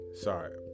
sorry